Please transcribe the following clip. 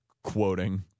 Quoting